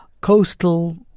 coastal